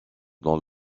dans